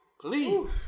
Please